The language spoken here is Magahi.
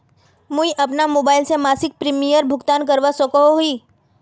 मुई अपना मोबाईल से मासिक प्रीमियमेर भुगतान करवा सकोहो ही?